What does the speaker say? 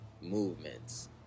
movements